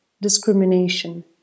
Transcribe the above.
discrimination